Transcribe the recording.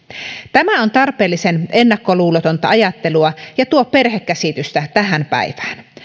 tämä on tarpeellisen ennakkoluulotonta ajattelua ja tuo perhekäsitystä tähän päivään